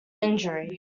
injury